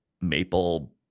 maple